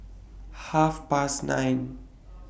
Half Past nine